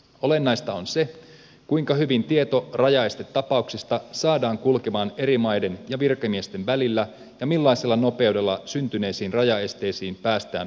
olennaista on se kuinka hyvin tieto rajaestetapauksista saadaan kulkemaan eri maiden ja virkamiesten välillä ja millaisella nopeudella syntyneisiin rajaesteisiin päästään puuttumaan